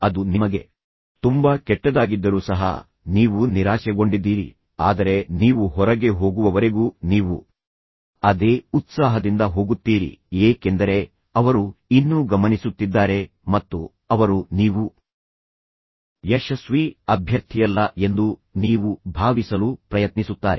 ಅದು ನಿಮಗೆ ತುಂಬಾ ಕೆಟ್ಟದಾಗಿದ್ದರೂ ಸಹ ನೀವು ನಿರಾಶೆಗೊಂಡಿದ್ದೀರಿ ಆದರೆ ನೀವು ಹೊರಗೆ ಹೋಗುವವರೆಗೂ ನೀವು ಅದೇ ಉತ್ಸಾಹದಿಂದ ಹೋಗುತ್ತೀರಿ ಏಕೆಂದರೆ ಅವರು ಇನ್ನೂ ಗಮನಿಸುತ್ತಿದ್ದಾರೆ ಮತ್ತು ಅವರು ನೀವು ಯಶಸ್ವಿ ಅಭ್ಯರ್ಥಿಯಲ್ಲ ಎಂದು ನೀವು ಭಾವಿಸಲು ಪ್ರಯತ್ನಿಸುತ್ತಾರೆ